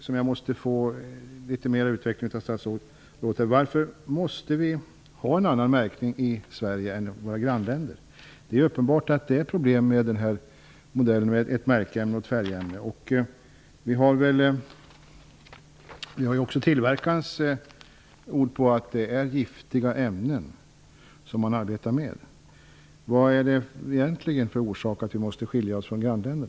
Varför måste vi ha en annan märkning i Sverige än den man har i våra grannländer? Jag vill be statsrådet att utveckla detta litet närmare. Det är uppenbart att det är problem med en modell med ett märkämne och ett färgämne. Vi har också tillverkarens ord på att man arbetar med giftiga ämnen. Vad finns det egentligen för orsak till att vi måste skilja oss från våra grannländer?